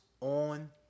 on